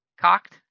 cocked